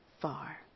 far